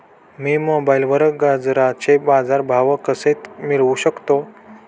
मी मोबाईलवर गाजराचे बाजार भाव कसे मिळवू शकतो?